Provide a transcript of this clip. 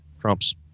Trump's